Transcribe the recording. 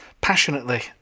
passionately